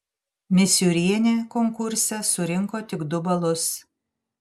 misiūrienė konkurse surinko tik du balus